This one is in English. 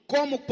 Como